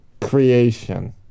creation